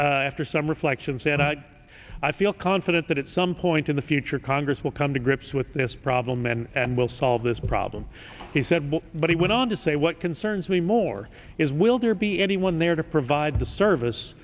after some reflection said i feel confident that at some point in the future congress will come to grips with this problem and we'll solve this problem he said but he went on to say what concerns me more is will there be anyone there to provide the service